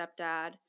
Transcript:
stepdad